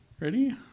Ready